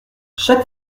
chaque